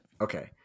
Okay